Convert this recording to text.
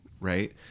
right